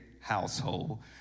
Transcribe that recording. household